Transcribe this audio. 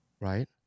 Right